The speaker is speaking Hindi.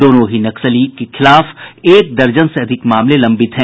दोनों ही नक्सली के खिलाफ एक दर्जन से अधिक मामले लंबित है